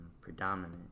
predominant